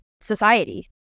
society